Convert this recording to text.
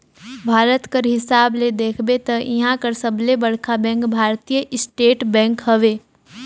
भारत कर हिसाब ले देखबे ता इहां कर सबले बड़खा बेंक भारतीय स्टेट बेंक हवे